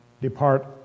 depart